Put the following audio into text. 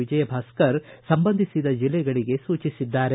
ವಿಜಯ್ ಭಾಸ್ಕರ್ ಸಂಬಂಧಿಸಿದ ಜಿಲ್ಲೆಗಳಿಗೆ ಸೂಚಿಸಿದ್ದಾರೆ